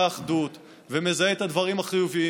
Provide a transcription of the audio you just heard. מזהה את האחדות ומזהה את הדברים החיוביים,